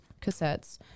cassettes